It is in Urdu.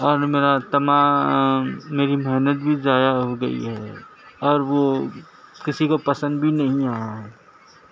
اور میرا تمام میری محنت بھی ضائع ہو گئی ہے اور وہ کسی کو پسند بھی نہیں آیا ہے